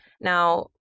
Now